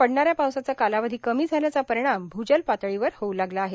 पडणाऱ्या पावसाचा कालावधी कमी झाल्याचा परिणाम भूजल पातळीवर होऊ लागला आहे